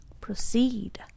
Proceed